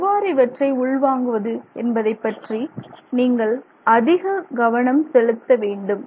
எவ்வாறு இவற்றை உள்வாங்குவது என்பதை பற்றி நீங்கள் அதிக கவனம் செலுத்த வேண்டும்